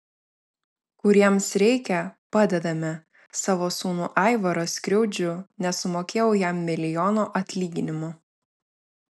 kuriems reikia padedame savo sūnų aivarą skriaudžiu nesumokėjau jam milijono atlyginimo